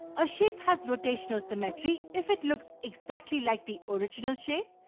a shape has rotational symmetry if it looks exactly like the original shape.